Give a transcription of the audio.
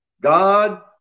God